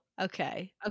okay